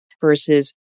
versus